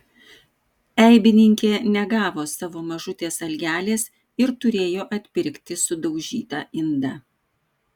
eibininkė negavo savo mažutės algelės ir turėjo atpirkti sudaužytą indą